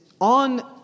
on